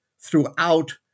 throughout